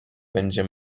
będzie